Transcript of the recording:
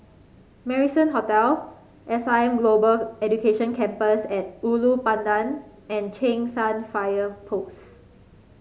Marrison Hotel S I M Global Education Campus at Ulu Pandan and Cheng San Fire Post